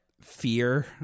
fear